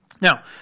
Now